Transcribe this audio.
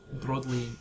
broadly